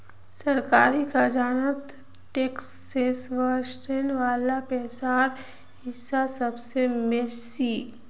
सरकारी खजानात टैक्स से वस्ने वला पैसार हिस्सा सबसे बेसि